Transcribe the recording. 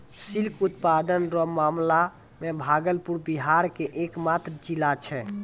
silk उत्पादन रो मामला मे भागलपुर बिहार के एकमात्र जिला छै